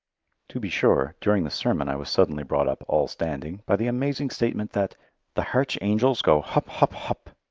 to be sure, during the sermon i was suddenly brought up all standing by the amazing statement that the harch hangels go hup, hup, hup.